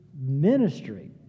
ministry